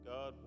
God